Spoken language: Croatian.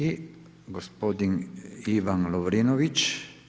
I gospodin Ivan Lovrinović.